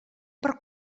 per